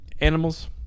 animals